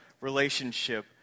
relationship